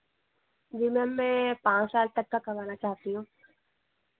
जी ma'am मैं पाँच साल तक का करवाना चाहती हूँ